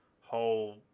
whole